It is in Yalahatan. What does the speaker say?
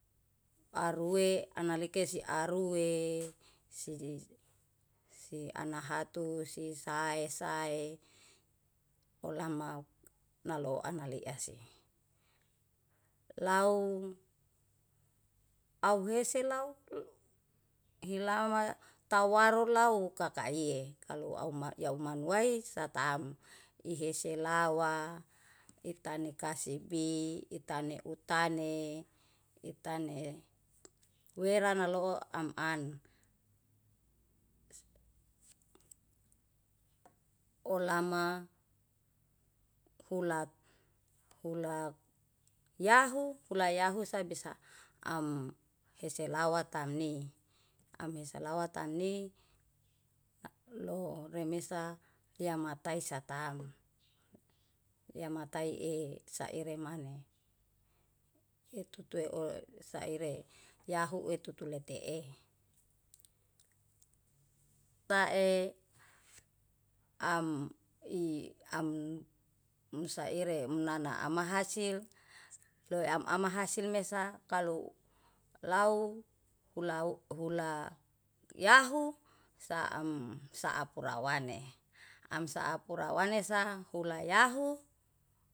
Aru e analikese arue, si anahatu sisae sae olama naloaa nalea se. Laung auhese lau hilama tawaru lau kakaie, kalu auw maia umanuai satam ihese lauwa itanikasi bi itani utane, itane wera nalooam an, olama hulak yahu hulak yahu sabi sa am hese lawa tamni amesalawa tamni loremesa yamatai satam. Yamatai e saire mane, itutu e saire yahu e tutu letee. Tae am i am musaire nana amahasil loi amahasil mesa kalu lau ulau hula yahu saaem saaprauwane amsapu rawane sa hula yahu.